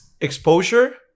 exposure